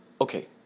Okay